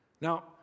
Now